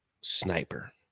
sniper